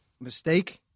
Mistake